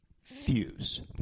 fuse